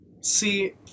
See